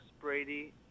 Brady